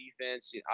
defense